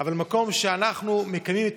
אבל גם מקום שבו אנחנו מקיימים את